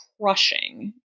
crushing